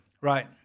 Right